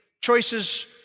choices